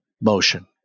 motion